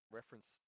reference